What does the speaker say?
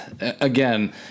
again